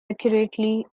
accurately